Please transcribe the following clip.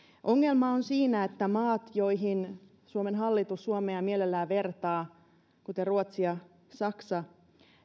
ongelma on siinä että maat joihin suomen hallitus suomea mielellään vertaa kuten ruotsi ja saksa